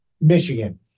michigan